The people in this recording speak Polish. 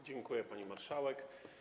Dziękuję, pani marszałek.